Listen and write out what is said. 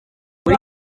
muri